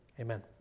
amen